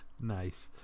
Nice